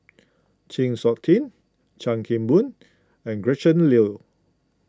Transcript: Chng Seok Tin Chan Kim Boon and Gretchen Liu